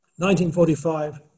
1945